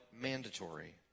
mandatory